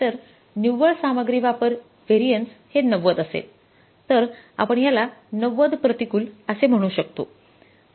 तर निव्वळ सामग्री वापर व्हॅरियन्स हे ९० असेल तर आपण याला ९० प्रतिकूल असे म्हणू शकतो